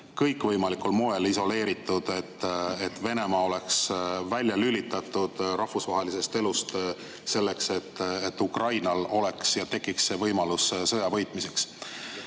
kõikvõimalikul moel isoleeritud, et Venemaa oleks välja lülitatud rahvusvahelisest elust selleks, et Ukrainal oleks või tekiks võimalus sõja võitmiseks.